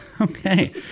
Okay